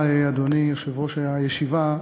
אדוני יושב-ראש הישיבה,